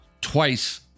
twice